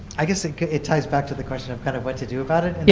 i guess it it ties back to the question of kind of what to do about it, yeah